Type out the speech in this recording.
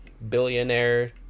billionaire